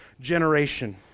generation